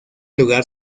lugar